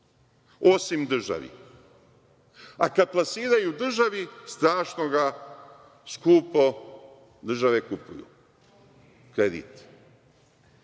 osim državi, a kad plasiraju državi, strašno ga skupo države kupuju, kredit.